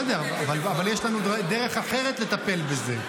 בסדר, אבל יש לנו דרך אחרת לטפל בזה.